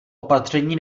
opatření